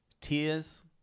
tears